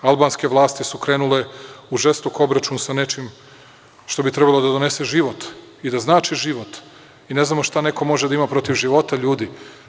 Albanske vlasti su krenule u žestok obračun sa nečim što bi trebalo da donese život i da znači život i ne znamo šta neko može da ima protiv života ljudi.